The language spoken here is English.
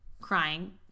crying